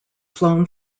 flown